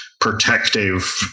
protective